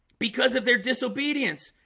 because of their disobedience,